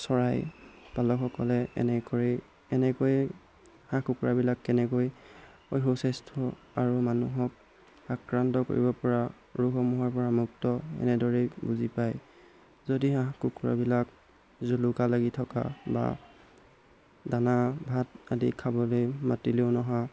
চৰাই পালকসকলে এনেকৈয়ে এনেকৈয়ে হাঁহ কুকুৰাবিলাক কেনেকৈ সুস্বাস্থ্য আৰু মানুহক আক্ৰান্ত কৰিব পৰা ৰোগসমূহৰ পৰা মুক্ত এনেদৰেই বুজি পায় যদি হাঁহ কুকুৰাবিলাক জলকা লাগি থকা বা দানা ভাত আদি খাবলৈ মাতিলেও নহা